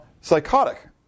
psychotic